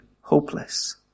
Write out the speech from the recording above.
hopeless